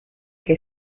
che